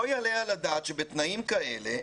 לא יעלה על הדעת שבתנאים כאלה,